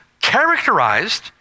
characterized